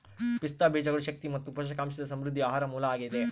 ಪಿಸ್ತಾ ಬೀಜಗಳು ಶಕ್ತಿ ಮತ್ತು ಪೋಷಕಾಂಶದ ಸಮೃದ್ಧ ಆಹಾರ ಮೂಲ ಆಗಿದೆ